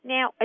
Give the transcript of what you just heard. Now